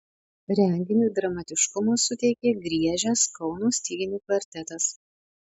renginiui dramatiškumo suteikė griežęs kauno styginių kvartetas